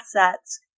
assets